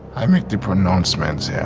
i make different announcements yeah